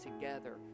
together